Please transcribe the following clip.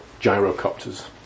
gyrocopters